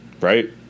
right